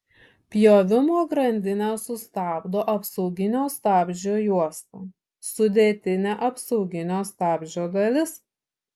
pjovimo grandinę sustabdo apsauginio stabdžio juosta sudėtinė apsauginio stabdžio dalis